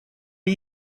are